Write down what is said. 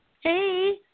Hey